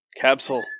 capsule